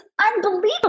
unbelievable